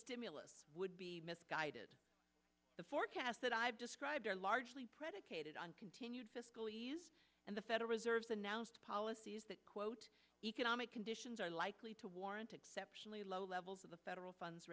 stimulus would be misguided the forecasts that i've described are largely predicated on continued fiscal ease and the federal reserve announced policies that quote economic conditions are likely to warrant exceptionally low levels of the federal funds